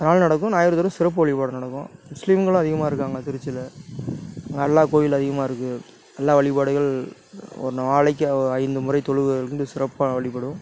காலையில் நடக்கும் ஞாயிறு தோறும் சிறப்பு வழிபாடு நடக்கும் முஸ்லீம்களும் அதிகமாயிருக்காங்க திருச்சியில் அல்லா கோவில் அதிகமாயிருக்கு அல்லா வழிபாடுகள் ஒரு நாளைக்கு ஐந்து முறை தொழுவுறது சிறப்பாக வழிபடும்